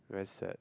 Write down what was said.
very sad